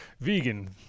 Vegan